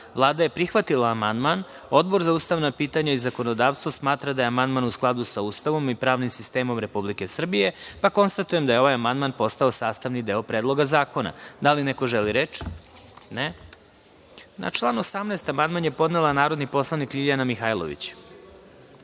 17a.Vlada je prihvatila amandman. Odbor za ustavna pitanja i zakonodavstvo smatra da je amandman u skladu sa Ustavom i pravnim sistemom Republike Srbije. Konstatujem da je ovaj amandman postao sastavni deo Predloga zakona. Da li neko želi reč? (Ne)Na član 18. amandman je podnela narodni poslanik Ljiljana Mihajlović. Na